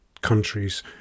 countries